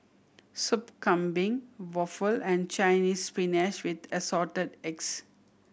Soup Kambing waffle and Chinese Spinach with Assorted Eggs